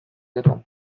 gero